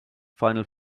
final